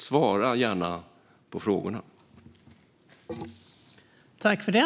Svara gärna på frågorna, Ann Linde!